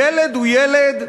ילד הוא ילד,